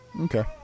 Okay